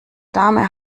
dame